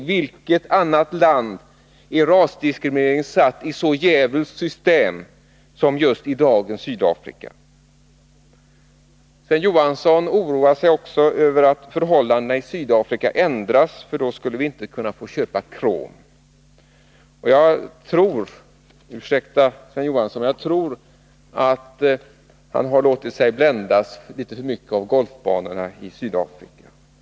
I vilket annat land är rasdiskriminering satt i så djävulskt system som just i dagens Sydafrika? Sven Johansson oroar sig också för att förhållandena i Sydafrika skulle ändras. Då skulle vi inte kunna få köpa krom. Jag tror att Sven Johansson låtit sig bländas litet för mycket av golfbanorna i Sydafrika.